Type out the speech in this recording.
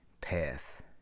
path